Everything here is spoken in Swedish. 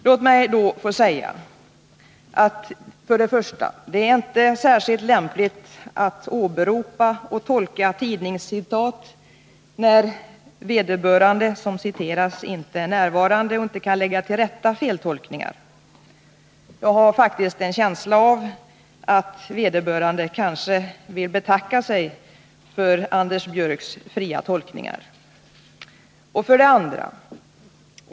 Låt mig därför få säga följande: 1. Det är inte särskilt lämpligt att åberopa och tolka tidningsuttalanden när den som citeras inte är närvarande och inte kan lägga till rätta feltolkningar. Jag har faktiskt en känsla av att vederbörande kanske vill betacka sig för Anders Björcks fria tolkningar. 2.